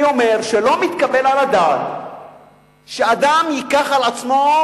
אני אומר שלא מתקבל על הדעת שאדם ייקח על עצמו,